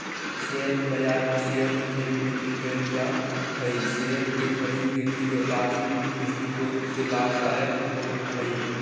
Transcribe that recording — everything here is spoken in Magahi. शेयर बाजार में शेयर की खरीद बिक्री कैल जा हइ शेयर के खरीद बिक्री व्यापारिक दृष्टिकोण से लाभदायक होवऽ हइ